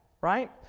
right